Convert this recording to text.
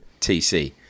tc